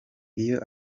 iyo